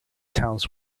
towns